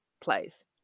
plays